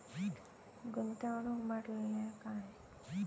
गुंतवणूक म्हटल्या काय?